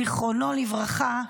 זיכרונו לברכה,